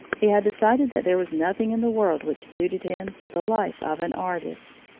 he had decided that there was nothing in the world which suited him but the life of an artist.